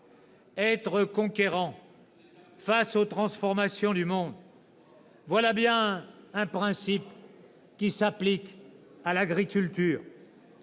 Être conquérant face aux transformations du monde, voilà bien un principe qui s'applique à l'agriculture.